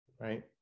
right